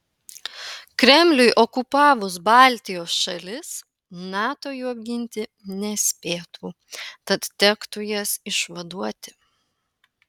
kremliui okupavus baltijos šalis nato jų apginti nespėtų tad tektų jas išvaduoti